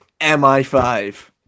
MI5